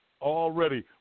already